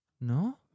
No